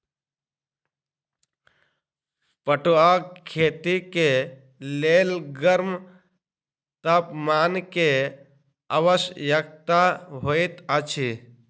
पटुआक खेती के लेल गर्म तापमान के आवश्यकता होइत अछि